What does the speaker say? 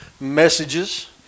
messages